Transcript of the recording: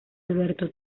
alberto